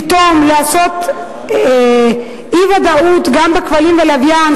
פתאום לעשות אי-ודאות גם בכבלים ובלוויין,